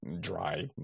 dry